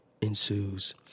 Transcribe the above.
ensues